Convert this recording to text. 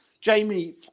Jamie